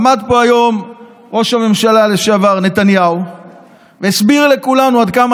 עמד פה היום ראש הממשלה לשעבר נתניהו והסביר לכולנו עד כמה